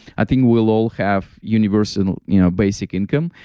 i think we'll all have universal you know basic income.